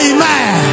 Amen